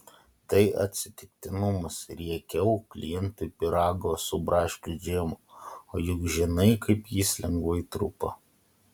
tai atsitiktinumas riekiau klientui pyrago su braškių džemu o juk žinai kaip jis lengvai trupa